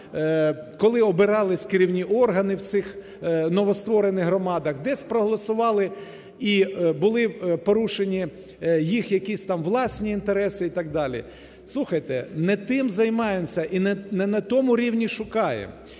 коли обирались керівні органи в цих новостворених громадах, десь проголосували, і були порушені їх якісь там власні інтереси і так далі. Слухайте, не тим займаємося і не на тому рівні шукаємо.